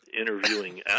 interviewing